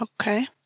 Okay